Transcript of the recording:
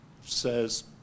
says